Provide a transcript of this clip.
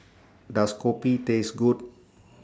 Does Kopi Taste Good